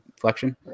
flexion